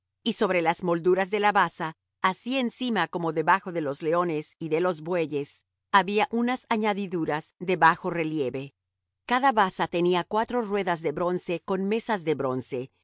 y sobre las molduras de la basa así encima como debajo de los leones y de los bueyes había unas añadiduras de bajo relieve cada basa tenía cuatro ruedas de bronce con mesas de bronce